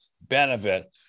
benefit